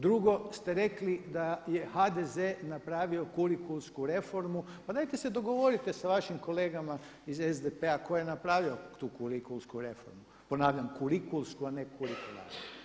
Drugo ste rekli da je HDZ napravio kurikulsku reformu, pa dajte se dogovorite sa vašim kolegama iz SDP tko je napravio tu kurikulsku, ponavljam kurikulsku a ne kurikularnu.